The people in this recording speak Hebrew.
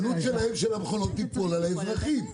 העלות של המכונות תיפול על האזרחים.